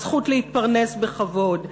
הזכות להתפרנס בכבוד,